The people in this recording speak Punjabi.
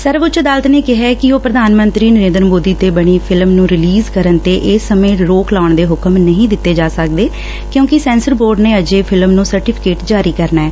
ਸਰਵਊੱਚ ਅਦਾਲਤ ਨੇ ਕਿਹਾ ਕਿ ਊਹ ਪ੍ਰਧਾਨ ਮੰਤਰੀ ਨਰੇਦਰ ਮੋਦੀ ਤੇ ਬਣੀ ਫਿਲਮ ਨੂੰ ਰਿਲੀਜ਼ ਕਰਨ ਤੇ ਇਸ ਸਮੇਂ ਰੋਕ ਲਾਉਣ ਦੇ ਹੁਕਮ ਨਹੀਂ ਦਿੱਤੇ ਜਾ ਸਕਦੇ ਕਿਉਂਕਿ ਸੈਂਸਰ ਬੋਰਡ ਨੇ ਅਜੇ ਫਿਲਮ ਨੂੰ ਸਰਟੀਫਿਕੇਟ ਜਾਰੀ ਕਰਨਾ ਏ